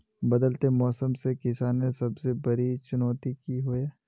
बदलते मौसम से किसानेर सबसे बड़ी चुनौती की होय?